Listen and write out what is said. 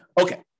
Okay